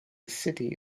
city